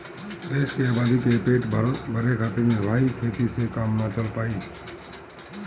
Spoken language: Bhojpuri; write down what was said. देश के आबादी क पेट भरे खातिर निर्वाह खेती से काम ना चल पाई